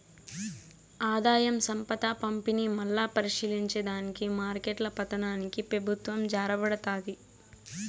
ఆదాయం, సంపద పంపిణీ, మల్లా పరిశీలించే దానికి మార్కెట్ల పతనానికి పెబుత్వం జారబడతాది